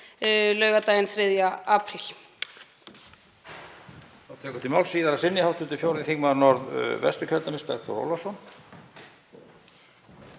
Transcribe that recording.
laugardaginn 3. apríl.